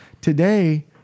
Today